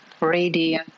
ready